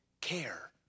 care